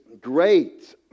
great